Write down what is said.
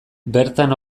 bertan